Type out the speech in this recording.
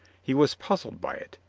he was puzzled by it,